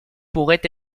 pourrait